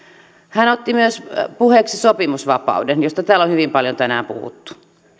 hän otti myös puheeksi sopimusvapauden josta täällä on hyvin paljon tänään puhuttu